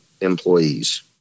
employees